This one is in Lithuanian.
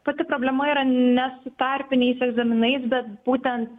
pati problema yra ne su tarpiniais egzaminais bet būtent